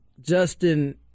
Justin